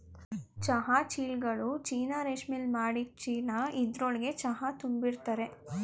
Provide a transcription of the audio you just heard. ಚಹಾ ಚೀಲ್ಗಳು ಚೀನಾ ರೇಶ್ಮೆಲಿ ಮಾಡಿದ್ ಚೀಲ ಇದ್ರೊಳ್ಗೆ ಚಹಾ ತುಂಬಿರ್ತರೆ